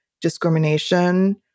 discrimination